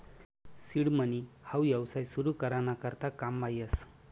seed money हाऊ येवसाय सुरु करा ना करता काममा येस